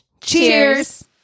Cheers